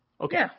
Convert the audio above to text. Okay